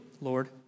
Lord